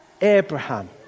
Abraham